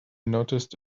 noticed